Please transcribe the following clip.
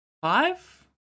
five